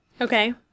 Okay